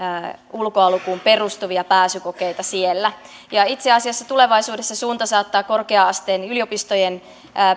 ulkolukuun perustuvia pääsykokeita itse asiassa tulevaisuudessa suunta saattaa korkea asteen yliopistojen